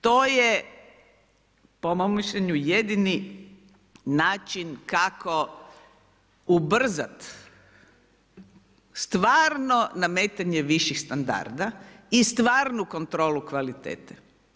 To je po mom mišljenju jedini način kako ubrzati stvarno nametanje viših standarda i stvarnu kontrolu kvalitete.